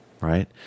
right